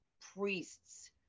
priests